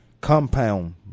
compound